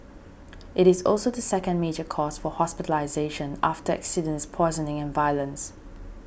it is also the second major cause for hospitalisation after accidents poisoning and violence